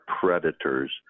predators